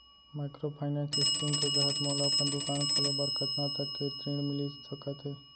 Microfinance scheme के तहत मोला अपन दुकान खोले बर कतना तक के ऋण मिलिस सकत हे?